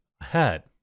ahead